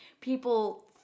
people